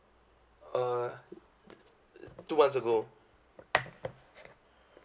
uh two months ago